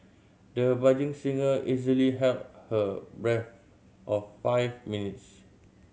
the budding singer easily held her breath of five minutes